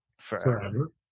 forever